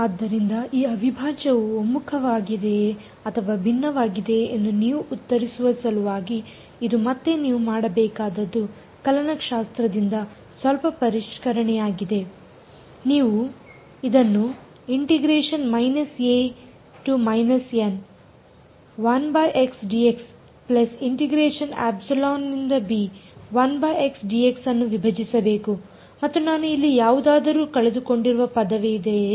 ಆದ್ದರಿಂದ ಈ ಅವಿಭಾಜ್ಯವು ಒಮ್ಮುಖವಾಗಿದೆಯೆ ಅಥವಾ ಭಿನ್ನವಾಗಿದೆಯೆ ಎಂದು ನೀವು ಉತ್ತರಿಸುವ ಸಲುವಾಗಿಇದು ಮತ್ತೆ ನೀವು ಮಾಡಬೇಕಾದದ್ದು ಕಲನಶಾಸ್ತ್ರದಿಂದ ಸ್ವಲ್ಪ ಪರಿಷ್ಕರಣೆಯಾಗಿದೆ ನೀವು ಇದನ್ನು ಎಂದು ವಿಭಜಿಸಬೇಕು ಮತ್ತು ನಾನು ಇಲ್ಲಿ ಯಾವುದಾದರೂ ಕಳೆದುಕೊಂಡಿರುವ ಪದವಿದೆಯೇ